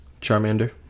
Charmander